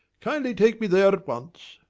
kindly take me there at once.